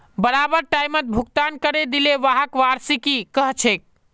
बराबर टाइमत भुगतान करे दिले व्हाक वार्षिकी कहछेक